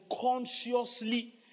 consciously